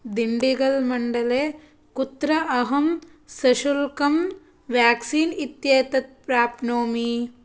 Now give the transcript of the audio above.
दिण्डिगल् मण्डले कुत्र अहं सशुल्कं वेक्सीन् इत्येतत् प्राप्नोमि